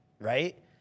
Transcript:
Right